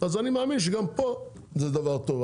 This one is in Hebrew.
אני מאמין שגם פה זה דבר טוב,